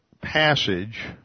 passage